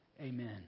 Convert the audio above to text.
Amen